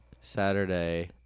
Saturday